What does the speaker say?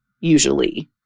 usually